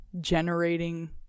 generating